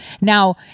Now